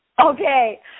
Okay